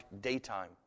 daytime